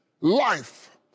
life